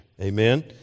Amen